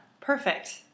perfect